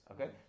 okay